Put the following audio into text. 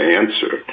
answer